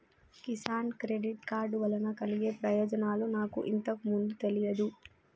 Kisan credit card వలన కలిగే ప్రయోజనాలు నాకు ఇంతకు ముందు తెలియదు